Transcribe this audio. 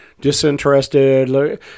disinterested